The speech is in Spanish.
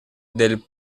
del